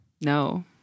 No